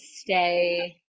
stay